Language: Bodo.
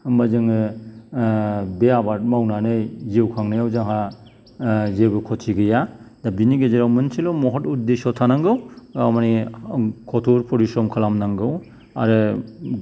होमबा जोङो बे आबाद मावनानै जिउ खांनायाव जोंहा जेबो खथि गैया दा बिनि गेजेराव मोनसेल' महथ उद्देस' थानांगौ मानि खथ' फरिस्रम खालामनांगौ आरो